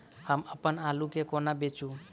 हम अप्पन आलु केँ कोना बेचू?